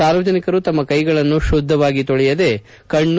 ಸಾರ್ವಜನಿಕರು ತಮ್ಮ ಕೈಗಳನ್ನು ಶುದ್ದವಾಗಿ ತೊಳೆಯದೆ ಕಣ್ಣು